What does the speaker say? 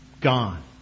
Gone